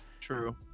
True